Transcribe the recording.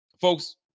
folks